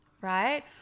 right